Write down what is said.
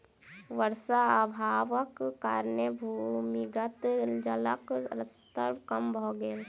वर्षा अभावक कारणेँ भूमिगत जलक स्तर कम भ गेल